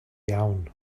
iawn